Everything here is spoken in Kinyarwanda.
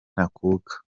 ntakuka